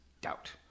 Doubt